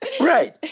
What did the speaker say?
Right